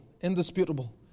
indisputable